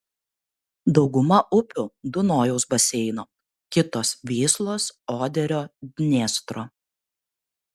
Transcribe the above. dauguma upių dunojaus baseino kitos vyslos oderio dniestro